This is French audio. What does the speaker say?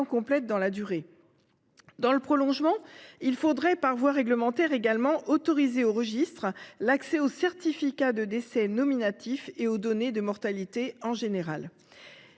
complète dans la durée. Dans le prolongement, il faudrait, par voie réglementaire également, autoriser aux registres l'accès aux certificats de décès nominatifs et aux données de mortalité en général.